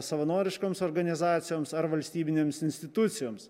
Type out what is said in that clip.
savanoriškoms organizacijoms ar valstybinėms institucijoms